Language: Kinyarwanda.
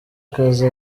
kazi